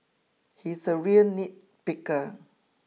he is a real nitpicker